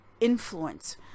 Influence